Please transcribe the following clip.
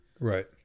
right